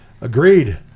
Agreed